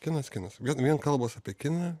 kinas kinas vien vien kalbos apie kiną